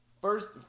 first